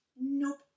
nope